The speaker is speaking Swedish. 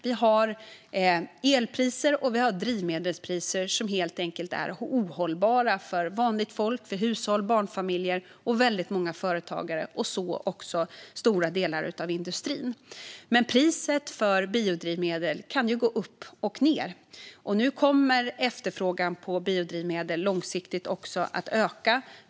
Vi har elpriser och drivmedelspriser som helt enkelt är ohållbara för vanligt folk, hushåll och barnfamiljer, liksom för väldigt många företagare och för stora delar av industrin. Priset för biodrivmedel kan dock gå upp och ned, och nu kommer efterfrågan på biodrivmedel långsiktigt att öka.